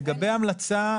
לגבי המלצה,